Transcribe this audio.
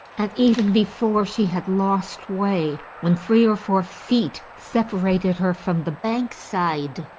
and even before she had lost way, when three or four feet separated her from the bank side,